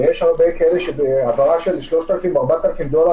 ויש כאלה שבהעברה של 4,000-3,000 דולר